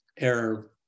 error